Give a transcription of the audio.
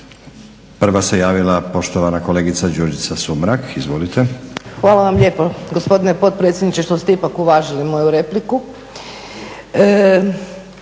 Prva se javila poštovana kolegica Đurđica Sumrak. Izvolite. **Sumrak, Đurđica (HDZ)** Hvala vam lijepo gospodine potpredsjedniče što ste ipak uvažili moju repliku.